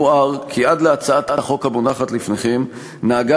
יוער כי עד להצעת החוק המונחת לפניכם נהגה